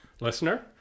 listener